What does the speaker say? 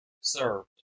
served